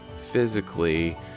physically